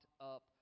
up